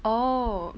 oh